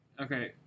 Okay